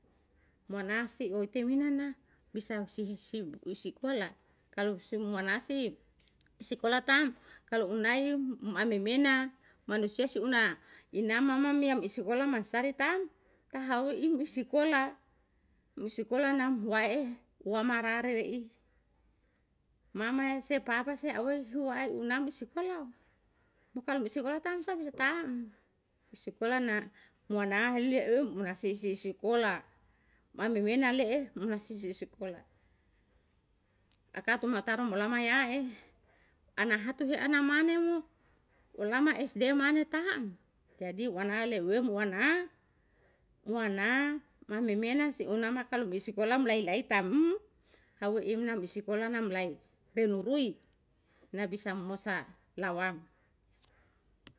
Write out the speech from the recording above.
Monahsi uitemenana bisa sihi isikola kalau simunasi sikola tama, kalau unai mamena manusia si una inamama mia misi isikola masaritam tahoiim isikola, isikola nahom wae wamara rereih. Mamase papase oihua unam isikola mukal misikola tamsa fusataem, misikola na munahali um nasisi sikola mamimena leeh muna nasi sikola. Akatumataru mulamai aeh anahatu huanamane mu ulama esde mane taem jadi wanale weum wana, wana mamena si unama kalu misikola laelae taem haum ina misikola namlae renurui nabisa mosa lawama.